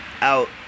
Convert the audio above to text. out